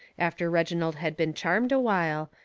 after reginald had been charmed a while,